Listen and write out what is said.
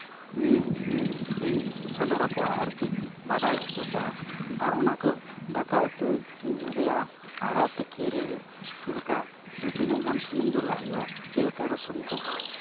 ᱤᱧ ᱛᱤᱧ ᱥᱚᱫᱚᱨ ᱟᱠᱚᱣᱟ ᱟᱨᱠᱤ ᱵᱟᱰᱟᱭ ᱦᱚᱪᱚ ᱠᱚᱣᱟ ᱟᱨ ᱚᱱᱟ ᱠᱚ ᱫᱟᱠᱟ ᱩᱛᱩ ᱨᱮᱭᱟᱜ ᱟᱲᱟᱜ ᱛᱤᱠᱤᱨᱮ ᱪᱮᱫ ᱞᱮᱠᱟ ᱛᱤᱱᱟᱹᱜ ᱜᱟᱱ ᱥᱩᱱᱩᱢ ᱫᱩᱞᱟᱜ ᱦᱩᱭᱩᱜᱼᱟ ᱪᱮᱫ ᱞᱮᱠᱟᱨᱮ ᱥᱩᱱᱩᱢ ᱠᱚ